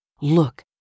Look